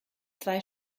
zwei